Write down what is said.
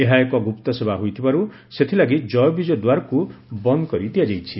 ଏହା ଏକ ଗୁପ୍ତ ସେବା ହୋଇଥିବାରୁ ସେଥିଲାଗି ଜୟବିଜୟ ଦ୍ୱାରକୁ ବନ୍ଦ କରିଦିଆଯାଇଛି